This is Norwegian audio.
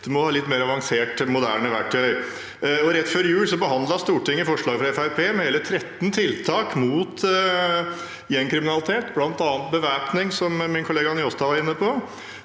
Det må litt mer avansert, moderne verktøy til. Rett før jul behandlet Stortinget forslag fra Fremskrittspartiet med hele 13 tiltak mot gjengkriminalitet, bl.a. bevæpning, som min kollega Njåstad var inne på.